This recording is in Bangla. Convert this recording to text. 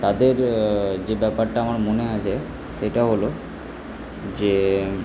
তাদের যে ব্যাপারটা আমার মনে আছে সেটা হল যে